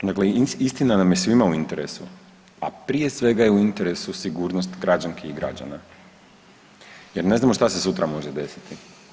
Dakle, istina nam je svima u interesu a prije svega je u interesu sigurnost građanki i građana jer ne znamo šta se sutra može desiti.